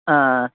हा